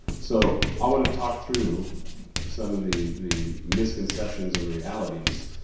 so i wanna talk through some of the, the misconceptions and realities,